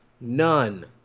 None